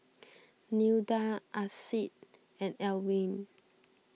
Nilda Ardyce and Alwine